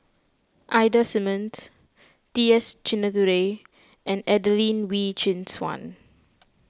Ida Simmons T S Sinnathuray and Adelene Wee Chin Suan